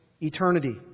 eternity